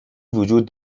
وجود